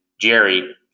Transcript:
Jerry